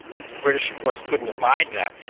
the british of course couldn't abide that.